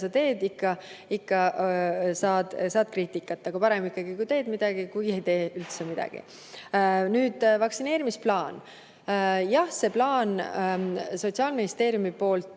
sa teed, ikka saad kriitikat. Aga parem ikkagi, kui teed midagi, kui ei tee üldse midagi. Vaktsineerimisplaan. Jah, see plaan on Sotsiaalministeeriumis